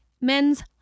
Men's